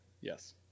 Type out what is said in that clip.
Yes